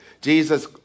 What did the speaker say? Jesus